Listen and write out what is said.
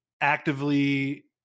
actively